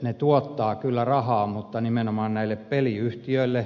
ne tuottavat kyllä rahaa mutta nimenomaan näille peliyhtiöille